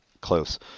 Close